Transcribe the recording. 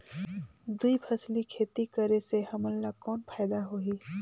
दुई फसली खेती करे से हमन ला कौन फायदा होही?